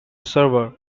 server